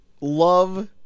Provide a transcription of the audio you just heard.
love –